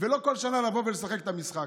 ולא כל שנה לבוא ולשחק את המשחק.